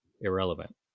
irrelevant